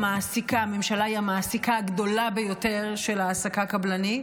הממשלה היא המעסיקה הגדולה ביותר בהעסקה קבלנית,